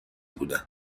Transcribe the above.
بودند